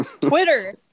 twitter